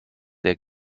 der